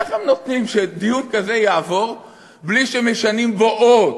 איך הם נותנים שדיון כזה יעבור בלי שמשנים בו אות?